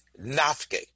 Nafke